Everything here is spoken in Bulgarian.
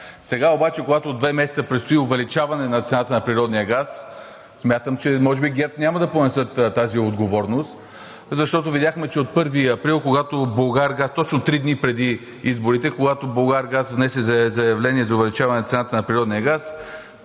Сега обаче, когато от два месеца предстои увеличаване на цената на природния газ, смятам, че може би ГЕРБ няма да понесат тази отговорност, защото видяхме, че от 1 април – точно три дни преди изборите, когато Булгаргаз внесе заявление за увеличаване цената на природния газ,